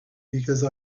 because